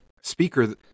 speaker